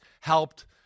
helped